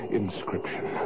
inscription